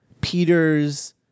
Peter's